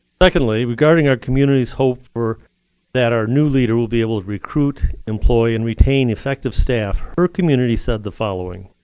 secondly, regarding our community's hope that our new leader will be able to recruit, employ, and retain effective staff, her community said the following.